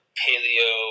paleo